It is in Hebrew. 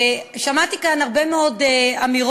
שמעתי כאן הרבה מאוד אמירות,